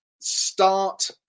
start